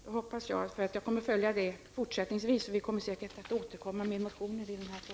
Fru talman! Det hoppas jag. Jag kommer att följa upp denna fråga. Vi kommer säkert att återkomma med motioner i frågan.